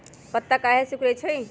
पत्ता काहे सिकुड़े छई?